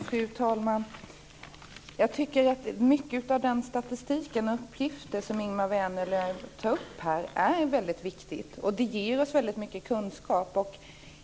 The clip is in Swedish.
Fru talman! Jag tycker att många av de statistiska uppgifter som Ingemar Vänerlöv här lämnar är väldigt viktiga. De ger oss väldigt mycket kunskap.